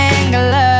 Anger